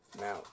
Now